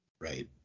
Right